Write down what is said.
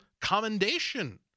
commendation